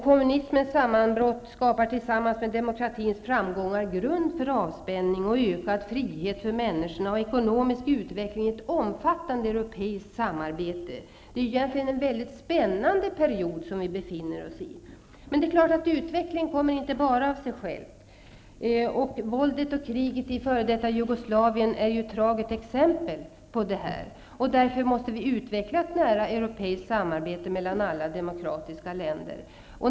Kommunismens sammanbrott skapar tillsammans med demokratins framgångar grund för avspänning, ökad frihet för människorna och ekonomisk utveckling i ett omfattande europeiskt samarbete. Det är egentligen en väldigt spännande period som vi befinner oss i. Utvecklingen kommer självfallet inte automatiskt. Våldet och kriget i f.d. Jugoslaven är ett tragiskt exempel på detta. Därför måste vi utveckla ett nära europeiskt samarbete mellan alla demokratiska länder.